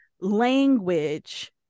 language